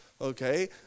okay